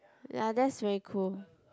ya that's very cool